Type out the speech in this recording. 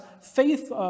faith